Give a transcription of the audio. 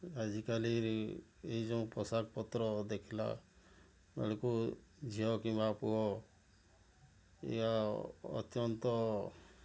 ଆଜିକାଲିରେ ଏ ଯେଉଁ ପୋଷାକ ପତ୍ର ଦେଖିଲା ବେଳକୁ ଝିଅ କିମ୍ବା ପୁଅ ଏହା ଅତ୍ୟନ୍ତ